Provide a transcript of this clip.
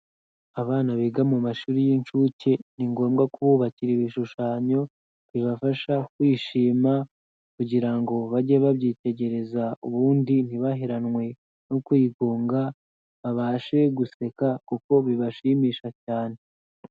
Abana biga mu mashuri y'inshuke ni ngombwa kububakira ibishushanyo bibafasha kwishima kugira ngo bajye babyitegereza ubundi ntibaheranwe no kwigunga, babashe guseka kuko bibashimisha cyane.